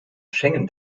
schengen